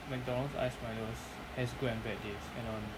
McDonald's ice milo has good and bad and on